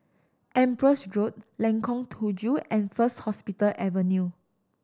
Empress Road Lengkong Tujuh and First Hospital Avenue